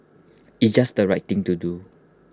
it's just right thing to do